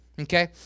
Okay